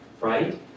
right